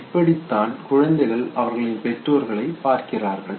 இப்படித்தான் குழந்தைகள் அவர்களின் பெற்றோர்களை பார்க்கிறார்கள்